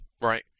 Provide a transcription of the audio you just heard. right